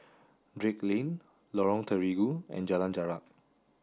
Drake Lane Lorong Terigu and Jalan Jarak